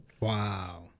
Wow